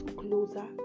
closer